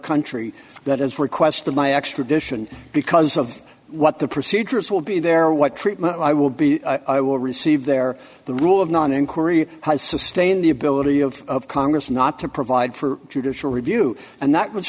country that is requested by extradition because of what the procedures will be there what treatment i will be i will receive there the rule of non inquiry has sustained the ability of congress not to provide for judicial review and that was